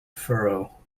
furrow